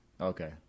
Okay